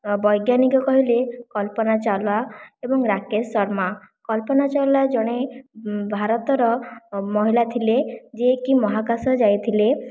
ବୈଜ୍ଞାନିକ କହିଲେ କଳ୍ପନା ଚାୱଲା ଏବଂ ରାକେଶ ଶର୍ମା କଳ୍ପନା ଚାୱଲା ଜଣେ ଭାରତର ମହିଳା ଥିଲେ ଯିଏକି ମହାକାଶ ଯାଇଥିଲେ